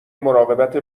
مراقبت